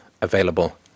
available